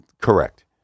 Correct